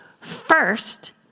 First